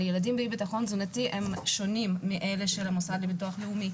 ילדים באי ביטחון תזונתי שונים מאלה של המוסד לביטוח לאומי,